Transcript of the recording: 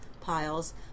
piles